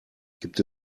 gibt